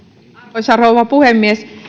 arvoisa rouva puhemies